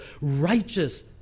righteous